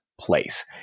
place